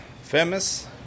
Famous